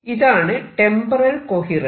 ഇതാണ് temporal coherence